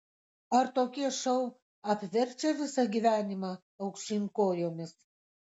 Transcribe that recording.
ar tokie šou apverčia visą gyvenimą aukštyn kojomis